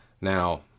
Now